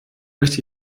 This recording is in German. möchte